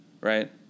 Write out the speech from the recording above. right